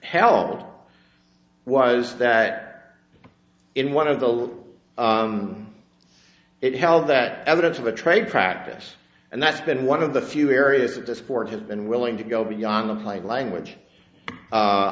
held was that in one of the it held that evidence of a trade practice and that's been one of the few areas that the sport has been willing to go beyond the plate language